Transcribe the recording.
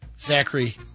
Zachary